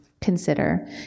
consider